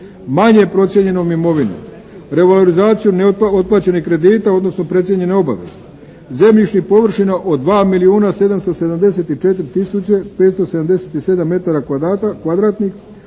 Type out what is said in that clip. manje procijenjenom imovinom. Revolarizacijom otplaćenih kredita, odnosno precijenjene obaveze zemljišnih površina od 2 milijuna 774 tisuće 577 metara kvadratnih,